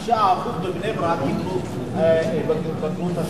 ההוכחה, רק 9% בבני-ברק קיבלו בגרות השנה.